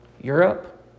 Europe